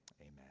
amen